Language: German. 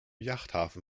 yachthafen